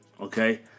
Okay